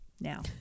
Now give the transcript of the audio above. now